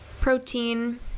protein